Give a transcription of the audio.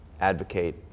advocate